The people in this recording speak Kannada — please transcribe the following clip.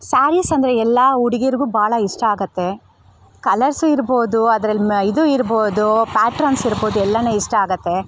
ಸಾರೀಸ್ ಅಂದರೆ ಎಲ್ಲಾ ಹುಡ್ಗಿರ್ಗೂ ಭಾಳ ಇಷ್ಟ ಆಗುತ್ತೆ ಕಲರ್ಸು ಇರ್ಬೋದು ಅದ್ರಲ್ಲಿ ಇದು ಇರ್ಬೋದು ಪ್ಯಾಟ್ರನ್ಸ್ ಇರ್ಬೋದು ಎಲ್ಲ ಇಷ್ಟ ಆಗುತ್ತೆ